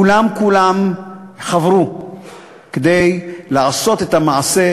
כולם כולם חברו כדי לעשות את המעשה